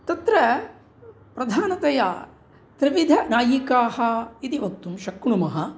तत्र प्रधानतया त्रिविधाः नायिकाः इति वक्तुं शक्नुमः